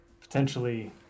potentially